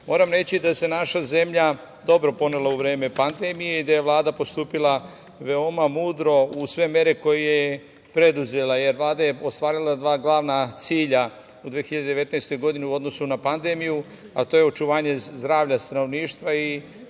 reći da se naša zemlja dobro ponela u vreme pandemije i da je Vlada postupila veoma mudro uz sve mere koje je preduzela. Jer, Vlada je ostvarila dva glavna cilja u 2019. godini u odnosu na pandemiju, a to je očuvanje zdravlja stanovništva i